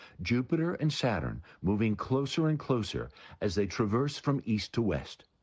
jupiter and saturn moving closer and closer as they traverse from east to west.